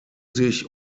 sich